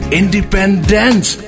independence